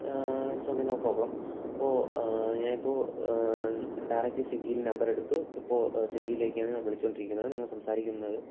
it's okay no problem ഇപ്പോൾ ഞാൻ ഇപ്പോൾ ഡയറക്റ്റ് സ്വിഗ്ഗിയിൽ നമ്പർ എടുത്തു ഇപ്പോൾ സ്വിഗ്ഗിയിലേക്കാണ് വിളിച്ചു കൊണ്ടിരിക്കുന്നത് നിങ്ങൾ സംസാരിക്കുന്നത്